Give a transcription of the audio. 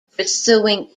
pursuing